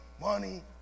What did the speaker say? money